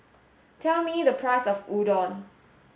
tell me the price of Udon